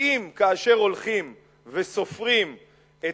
כי כאשר הולכים וסופרים את